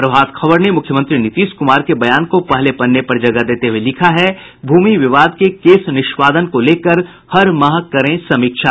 प्रभात खबर ने मुख्यमंत्री नीतीश कुमार के बयान को पहले पन्ने पर जगह देते हुये लिखा है भूमि विवाद के केस निष्पादन को लेकर हर माह करें समीक्षा